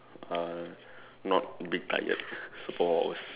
uh not bit tired superpowers